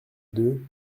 deux